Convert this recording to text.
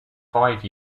five